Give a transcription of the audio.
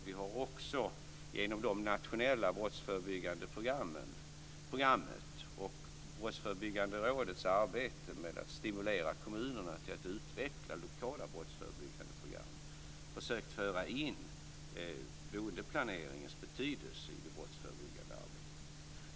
Vi har också genom det nationella brottsförebyggande programmet och Brottsförebyggande rådets arbete med att stimulera kommunerna till att utveckla lokala brottsförebyggande program försökt föra in boendeplaneringens betydelse i det brottsförebyggande arbetet.